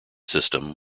system